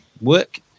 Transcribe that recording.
work